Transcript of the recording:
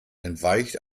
entweicht